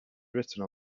written